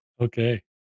Okay